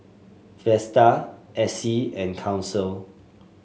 Vesta Essie and Council